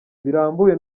birambuye